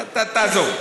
תעזוב.